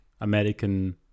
American